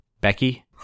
Becky